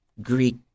Greek